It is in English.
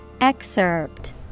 Excerpt